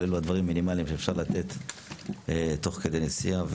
אבל אלו הדברים המינימאליים שאפשר לתת תוך כדי נסיעה.